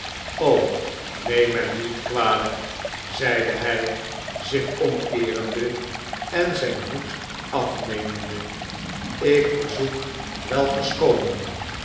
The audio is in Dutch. neem mij niet kwalijk zeide hi zich omkeerende en zijn hoed afnemende i'k verzoek wel verschooning